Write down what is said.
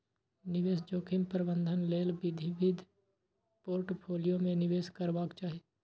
निवेश जोखिमक प्रबंधन लेल विविध पोर्टफोलियो मे निवेश करबाक चाही